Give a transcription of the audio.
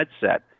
headset